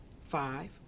five